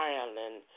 Ireland